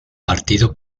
partido